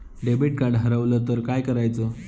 Debit card हरवल तर काय करायच?